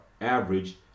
average